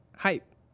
Hype